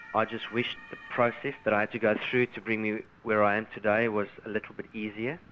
i just wish the process that i had to go through to bring me to where i am today was a little bit easier,